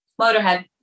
Motorhead